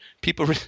people –